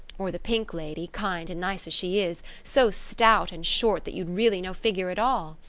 or the pink lady, kind and nice as she is, so stout and short that you'd really no figure at all?